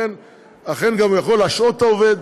והוא יכול גם להשעות את העובד,